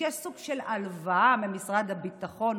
ביקש סוג של הלוואה ממשרד הביטחון,